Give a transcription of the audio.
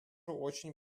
очень